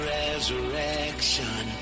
resurrection